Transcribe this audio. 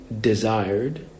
desired